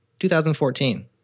2014